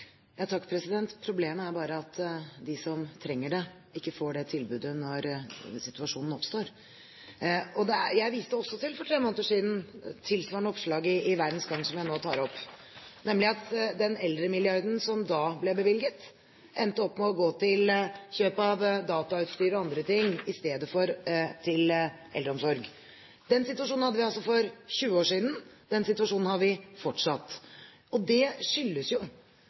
Problemet er bare at de som trenger det, ikke får det tilbudet når situasjonen oppstår. Jeg viste også til – for tre måneder siden – et oppslag i Verdens Gang tilsvarende det som jeg nå tar opp, nemlig at den eldremilliarden som da ble bevilget, endte opp med å gå til kjøp av datautstyr og andre ting, i stedet for til eldreomsorg. Den situasjonen hadde vi altså for 20 år siden, den situasjonen har vi fortsatt. Og det skyldes jo